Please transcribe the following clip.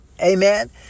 Amen